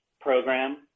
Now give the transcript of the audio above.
program